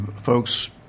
folks